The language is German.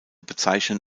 bezeichnen